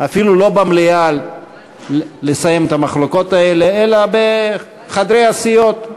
אפילו לא במליאה לסיים את המחלוקות האלה אלא בחדרי הסיעות,